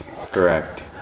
Correct